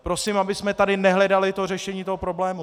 Prosím, abychom tady nehledali řešení toho problému.